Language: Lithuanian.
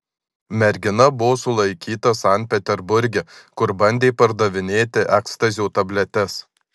mergina buvo sulaikyta sankt peterburge kur bandė pardavinėti ekstazio tabletes